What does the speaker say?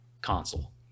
console